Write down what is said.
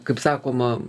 kaip sakoma